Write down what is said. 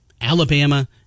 Alabama